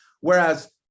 whereas